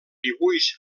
dibuix